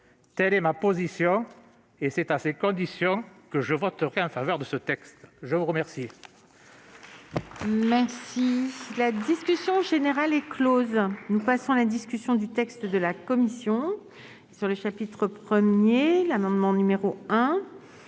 Telle est ma position, et c'est à ces conditions que je voterai en faveur de ce texte. La discussion